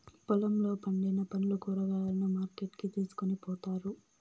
పొలంలో పండిన పండ్లు, కూరగాయలను మార్కెట్ కి తీసుకొని పోతారు